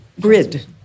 grid